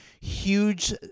huge